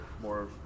more